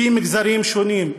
לפי מגזרים שונים.